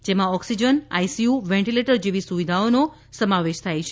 જેમાં oxygen ICU ventilator જેવી સુવિધાઓનો સમાવેશ થાય છે